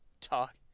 Talk